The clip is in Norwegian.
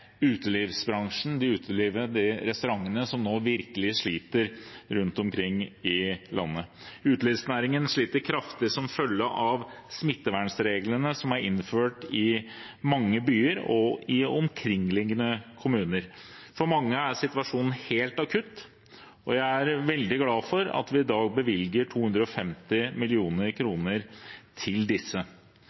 utelivsbransjen – utelivet, restaurantene som nå virkelig sliter – rundt omkring i landet. Utelivsnæringen sliter kraftig som følge av smittevernreglene som er innført i mange byer og omkringliggende kommuner. For mange er situasjonen helt akutt, og jeg er veldig glad for at vi i dag bevilger 250 mill. kr til disse.